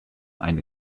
eine